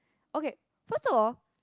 okay first of all